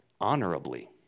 honorably